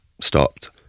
stopped